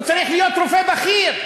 הוא צריך להיות רופא בכיר,